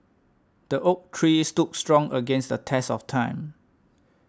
the oak tree stood strong against the test of time